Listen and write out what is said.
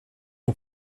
ont